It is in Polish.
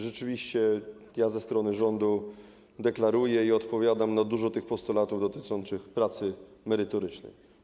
Rzeczywiście ja ze strony rządu deklaruję i odpowiadam na dużo tych postulatów dotyczących pracy merytorycznej.